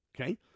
Okay